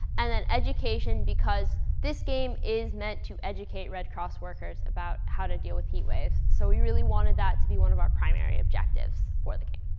and education because this game is meant to educate red cross workers about how to deal with heat waves. so we really wanted that to be one of our primary objectives for the game.